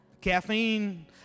Caffeine